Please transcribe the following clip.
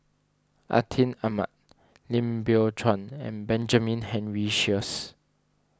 Atin Amat Lim Biow Chuan and Benjamin Henry Sheares